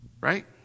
right